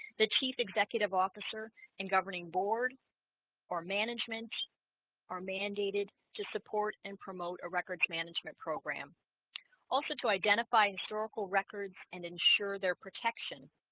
the chief executive officer and governing board or management are mandated to support and promote a records management program also to identify in historical records and ensure their protection